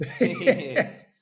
Yes